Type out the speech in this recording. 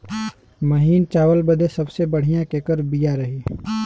महीन चावल बदे सबसे बढ़िया केकर बिया रही?